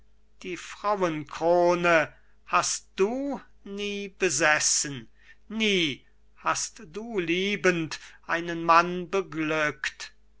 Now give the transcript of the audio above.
die frauenkrone hast du nie besessen nie hast du lieben einen mann beglückt